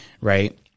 right